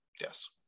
yes